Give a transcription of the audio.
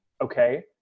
Okay